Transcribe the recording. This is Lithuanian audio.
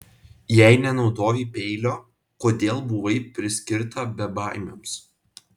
jei nenaudojai peilio kodėl buvai priskirta bebaimiams